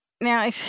Now